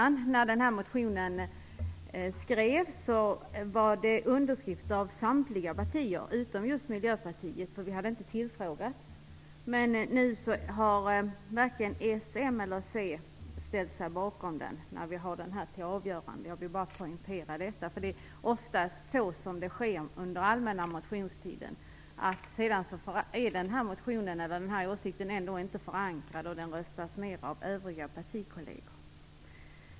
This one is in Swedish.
När motionen skrevs undertecknades den av samtliga partier utom just Miljöpartiet, eftersom vi inte hade tillfrågats. Men när vi nu har den till avgörande har varken socialdemokraterna, moderaterna eller centerpartiet ställt sig bakom den - något som jag vill poängtera. Det är ofta så det går till under allmänna motionstiden, för om en motion eller en åsikt inte är förankrad så röstas den ned av övriga partikolleger.